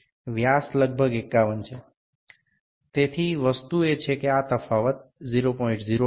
সুতরাং ব্যাপারটি হল এই পার্থক্য টি হল ০০৮ ও ০১৮